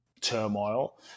turmoil